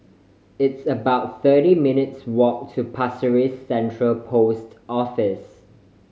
it's about thirty minutes' walk to Pasir Ris Central Post Office